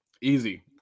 Easy